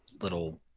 little